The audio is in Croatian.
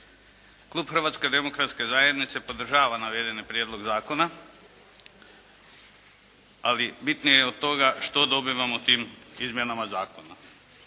Klub Hrvatske demokratske zajednice podržava navedeni prijedlog zakona ali bitnije od toga je što dobivamo tim izmjenama zakona.